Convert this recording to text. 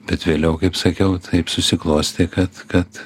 bet vėliau kaip sakiau taip susiklostė kad kad